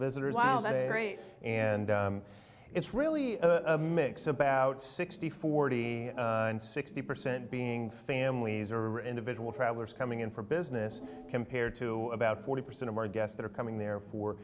visitors and it's really a mix about sixty forty and sixty percent being families or individual travelers coming in for business compared to about forty percent of our guests that are coming there for